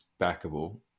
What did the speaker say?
backable